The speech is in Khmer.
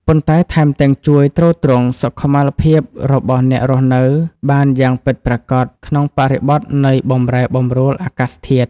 ប៉ុន្តែថែមទាំងជួយទ្រទ្រង់សុខុមាលភាពរបស់អ្នករស់នៅបានយ៉ាងពិតប្រាកដក្នុងបរិបទនៃបម្រែបម្រួលអាកាសធាតុ។